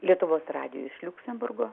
lietuvos radijui iš liuksemburgo